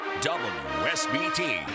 WSBT